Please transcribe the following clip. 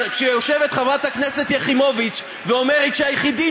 כשיושבת חברת הכנסת יחימוביץ ואומרת שהיחידים